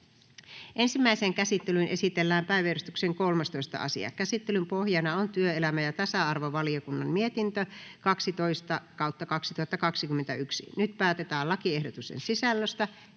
Ensimmäiseen käsittelyyn esitellään päiväjärjestyksen 15. asia. Käsittelyn pohjana on ulkoasiainvaliokunnan mietintö UaVM 6/2021 vp. Nyt päätetään lakiehdotuksen sisällöstä.